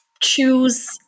choose